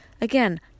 Again